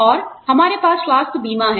और हमारे पास स्वास्थ्य बीमा है